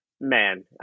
Man